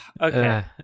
Okay